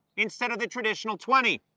instead of the traditional twenty.